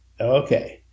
Okay